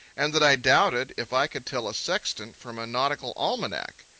and that i doubted if i could tell a sextant from a nautical almanac.